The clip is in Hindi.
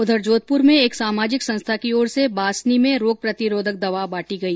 उधर जोधपुर में एक सामाजिक संस्था की ओर से बासनी में रोग प्रतिरोधक दवा बांटी गई